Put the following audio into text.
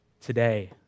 today